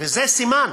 זה סימן.